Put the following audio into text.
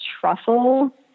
truffle